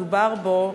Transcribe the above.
שדובר בו,